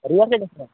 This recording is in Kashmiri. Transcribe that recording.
ریٹ کِیاہ گَژھِ اَتھ